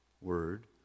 Word